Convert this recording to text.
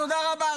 תודה רבה.